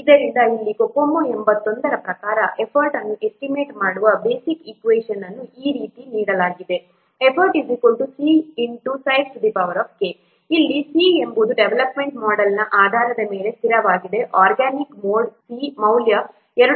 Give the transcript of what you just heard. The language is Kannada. ಆದ್ದರಿಂದ ಇಲ್ಲಿ COCOMO 81 ರ ಪ್ರಕಾರ ಎಫರ್ಟ್ ಅನ್ನು ಎಸ್ಟಿಮೇಟ್ ಮಾಡುವ ಬೇಸಿಕ್ ಈಕ್ವೆಷನ್ ಅನ್ನು ಈ ರೀತಿ ನೀಡಲಾಗಿದೆ effort c x sizek ಅಲ್ಲಿ c ಎಂಬುದು ಡೆವಲಪ್ಮೆಂಟಲ್ ಮೋಡ್ನ ಆಧಾರದ ಮೇಲೆ ಸ್ಥಿರವಾಗಿರುತ್ತದೆ ಆರ್ಗ್ಯಾನಿಕ್ ಮೋಡ್ಗೆ c ಮೌಲ್ಯವು 2